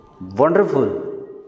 Wonderful